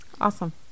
awesome